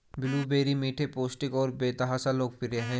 blueberry मीठे, पौष्टिक और बेतहाशा लोकप्रिय हैं